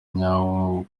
nyawo